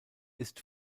ist